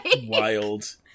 wild